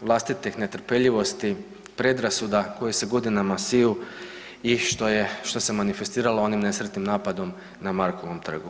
vlastitih netrpeljivosti, predrasuda koje se godinama siju i što je, što se manifestiralo onim nesretnim napadom na Markovom trgu.